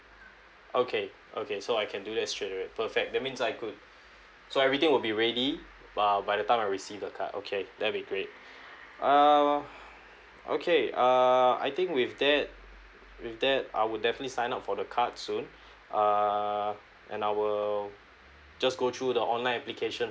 okay okay so I can do that straight away perfect that means I could so everything would be ready uh by the time I receive the card okay that'll be great uh okay err I think with that with that I would definitely sign up for the card soon err and I will just go through the online application